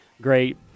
great